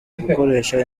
gukoresha